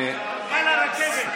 מנכ"ל הרכבת,